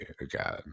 again